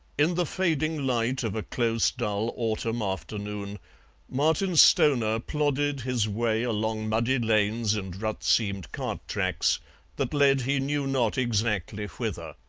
in the fading light of a close dull autumn afternoon martin stoner plodded his way along muddy lanes and rut-seamed cart tracks that led he knew not exactly whither.